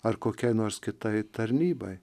ar kokiai nors kitai tarnybai